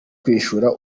kwishyura